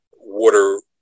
water